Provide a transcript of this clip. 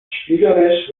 spielerisch